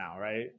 Right